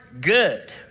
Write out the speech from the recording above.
good